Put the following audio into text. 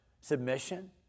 submission